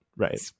Right